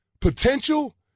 Potential